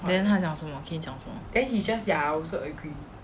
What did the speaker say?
then 他讲什么 keynes 讲什么